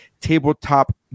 Tabletop